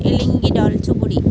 ইলিঙ্গি দলচুবুৰী